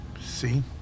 see